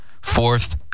fourth